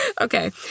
Okay